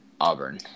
Auburn